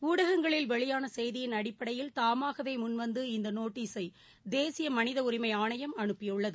உடகங்களில் வெளியானசெய்தியின் அடிப்படையில் தாமாகவேமுன்வந்து இந்தநோட்டீஸை தேசியமனிதஉரிமைஆணையம் அனுப்பியுள்ளது